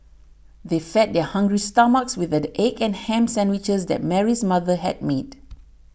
they fed their hungry stomachs with the egg and ham sandwiches that Mary's mother had made